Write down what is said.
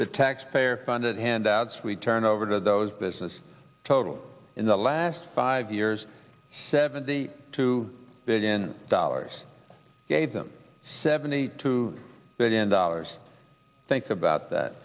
the taxpayer funded handouts we turn over to those business totaled in the last five years seventy two billion dollars gave them seventy two billion dollars think